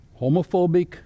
homophobic